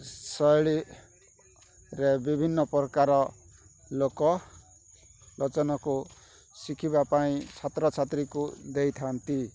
ଶୈଳୀରେ ବିଭିନ୍ନ ପ୍ରକାର ଲୋକ ଲୋଚନକୁ ଶିଖିବାପାଇଁ ଛାତ୍ରଛାତ୍ରୀକୁ ଦେଇଥାନ୍ତି